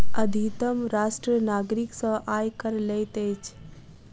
अधितम राष्ट्र नागरिक सॅ आय कर लैत अछि